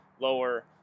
lower